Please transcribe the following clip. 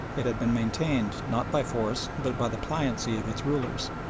it had been maintained not by force but by the pliancy of its rulers.